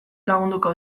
lagunduko